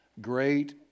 great